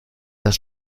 das